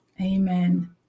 Amen